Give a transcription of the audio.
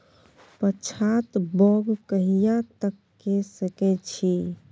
पछात बौग कहिया तक के सकै छी?